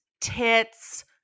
tits